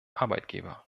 arbeitgeber